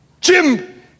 Jim